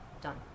Done